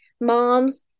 moms